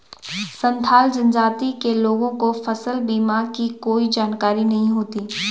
संथाल जनजाति के लोगों को फसल बीमा की कोई जानकारी नहीं है